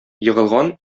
егылган